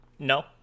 No